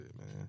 man